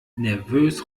nervös